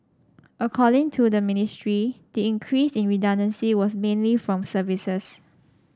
according to the ministry the increase in redundancy was mainly from services